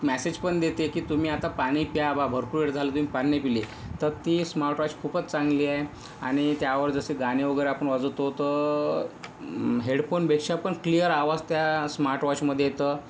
message पण देते की तुम्ही आता पाणी प्या बा भरपूर वेळ झाली तुम्ही पाणी नाही पिले तर ती स्मार्टवॉच खूपच चांगली आहे आणि त्यावर जसे गाणे वगैरे आपण वाजवतो तर हेडफोनपेक्षा पण क्लिअर आवाज त्या स्मार्टवॉचमध्ये येतं